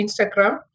Instagram